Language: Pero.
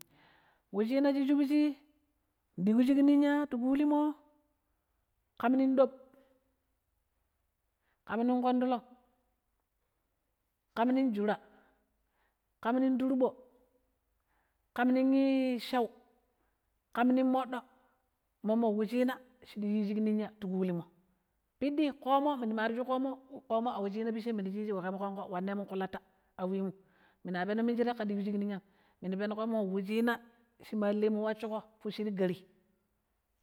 ﻿we china shi shubshi ɗig shiƙ ninya, ƙam ning ɗom, ƙam ning ƙondulonƙ, ƙam ning juraa, ƙam ning turbo, ƙam ningii shau, ƙam ning ɓaɓɓanƙ, mummo wu china shi shubshi ɗig loo shig ti ƙulimmo, piɗɗi ƙoomo minu ma mari adu ƙomo a wuchina picchemmo ii we ƙemo ƙonƙo wannemu ƙulatta aii minu peno mishire kai ɗigu shig ninyam minu penemu wuchina shi alee mu wasshiƙo fucci ti gaarii,